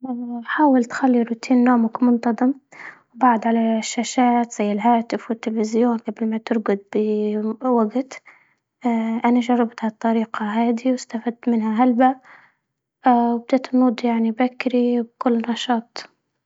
اه حاول تخلي روتين نومك منتظم، بعد على الشاشات زي الهاتف والتلفزيون قبل ما ترقد بوقت، اه أنا جربت هالطريقة هذي واستفدت منها هالبا، اه وبديت نوض يعني بكري بكل نشاط.